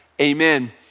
amen